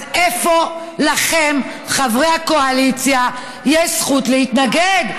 אז איפה לכם, חברי הקואליציה, יש זכות להתנגד?